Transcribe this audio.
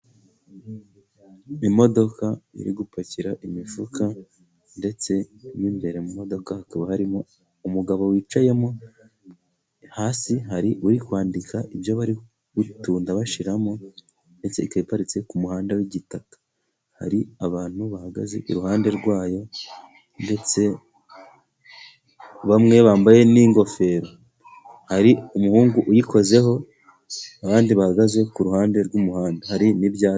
Imodoka iri gupakira imifuka, ndetse n'imbere mu modoka hakaba harimo umugabo wicayemo, hasi hari uri kwandika ibyo bari gutunda bashiramo, ndetse ikaba iparitse ku muhanda w'igitaka, hari abantu bahagaze iruhande rwayo, ndetse bamwe bambaye n'ingofero, hari umuhungu uyikozeho, abandi bahagaze kuruhande rw'umuhanda hari n'ibyatsi.